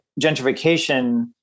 gentrification